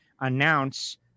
announce